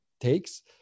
takes